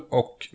och